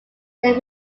then